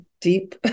deep